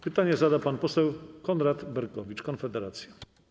Pytanie zada pan poseł Konrad Berkowicz, Konfederacja.